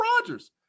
Rodgers